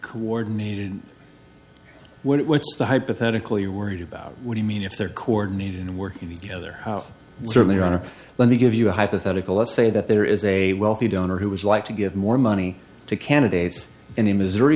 coordinated what's the hypothetical you're worried about what you mean if they're coordinated and working together house certainly or let me give you a hypothetical let's say that there is a wealthy donor who was like to give more money to candidates in the missouri